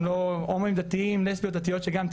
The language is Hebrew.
הם לא הומואים דתיים וגם לסביות דתיות שגם,